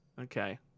Okay